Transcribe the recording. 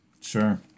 Sure